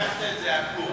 לקחת את זה הפוך.